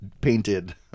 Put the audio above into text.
painted